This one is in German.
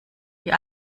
wie